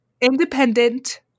independent